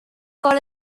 got